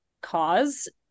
cause